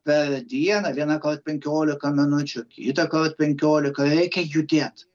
per dieną vieną kart penkiolika minučių kitą kart penkiolika reikia judėt